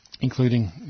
including